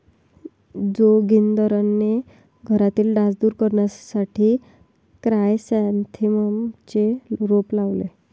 जोगिंदरने घरातील डास दूर करण्यासाठी क्रायसॅन्थेममचे रोप लावले